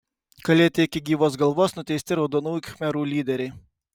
kalėti iki gyvos galvos nuteisti raudonųjų khmerų lyderiai